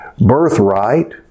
birthright